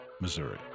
Missouri